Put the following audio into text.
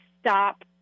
stop